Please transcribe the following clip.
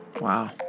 Wow